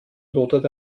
lodert